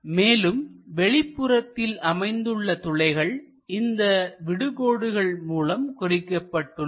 மேலும் வெளிப்புறத்தில் அமைந்துள்ள துளைகள் இந்த விடு கோடுகள் மூலம் குறிக்கப்பட்டுள்ளன